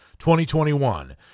2021